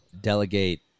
delegate